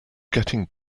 getting